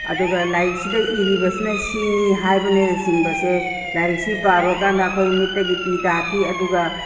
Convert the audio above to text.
ꯑꯗꯨꯒ ꯂꯥꯏꯔꯤꯛꯁꯤꯗ ꯏꯔꯤꯕꯁꯤꯅ ꯁꯤꯅꯤ ꯍꯥꯏꯕꯅꯆꯤꯡꯕꯁꯦ ꯂꯥꯏꯔꯤꯛꯁꯤ ꯄꯥꯔꯨꯔꯀꯥꯟꯗ ꯑꯩꯈꯣꯏ ꯃꯤꯠꯇꯒꯤ ꯄꯤ ꯇꯥꯈꯤ ꯑꯗꯨꯒ